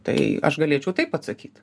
tai aš galėčiau taip atsakyt